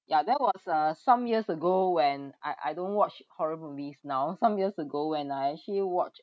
ya that was uh some years ago when I I don't watch horror movies now some years ago when I actually watch